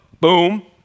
boom